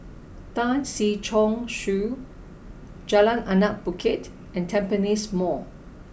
Tan Si Chong Su Jalan Anak Bukit and Tampines Mall